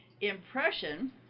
impression